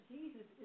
Jesus